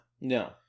No